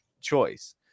choice